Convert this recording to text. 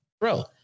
bro